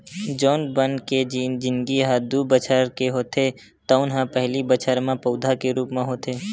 जउन बन के जिनगी ह दू बछर के होथे तउन ह पहिली बछर म पउधा के रूप म होथे